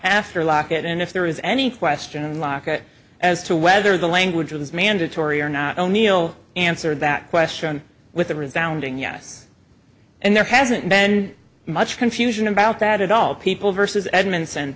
after lockett and if there is any question unlock it as to whether the language was mandatory or not o'neill answered that question with a resounding yes and there hasn't been much confusion about that at all people versus edmonson